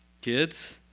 Kids